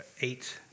eight